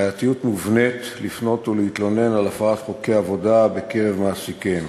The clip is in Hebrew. יש בעייתיות מובנית לפנות ולהתלונן על הפרת חוקי עבודה בקרב מעסיקיהם.